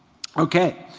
okay.